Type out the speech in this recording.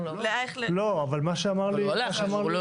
אבל הוא הלך, הוא לא